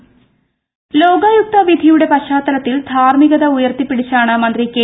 വിജയരാഘവൻ ബേബി ലോകായുക്ത വിധിയുടെ പശ്ചാത്തലത്തിൽ ധാർമ്മികത ഉയർത്തിപ്പിടിച്ചാണ് മന്ത്രി കെ